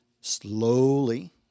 slowly